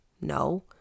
No